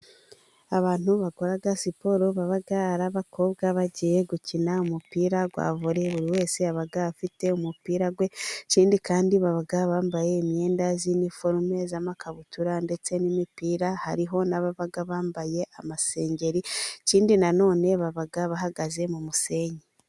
Abantu bakora siporo baba ari abakobwa bagiye gukina umupira wa vole, buri wese yaba afite umupira we ikindi kandi baba bambaye imyenda z' iniforume z' amakabutura ndetse n' imipira hariho n' ababa bambaye amasengeri, ikindi nanone baba bahagaze mu musenyi.